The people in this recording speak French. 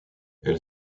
elle